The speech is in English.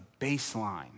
baseline